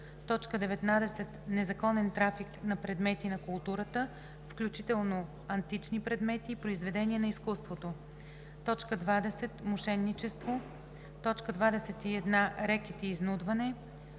19. незаконен трафик на предмети на културата, включително антични предмети и произведения на изкуството; 20. мошеничество; 21. рекет и изнудване;